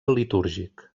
litúrgic